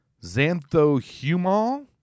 xanthohumol